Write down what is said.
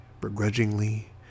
begrudgingly